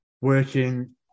working